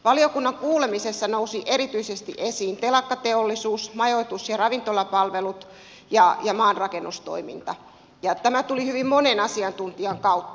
valiokunnan kuulemisessa nousivat erityisesti esiin telakkateollisuus majoitus ja ravintolapalvelut ja maanrakennustoiminta ja tämä tuli hyvin monen asiantuntijan kautta